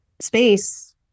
space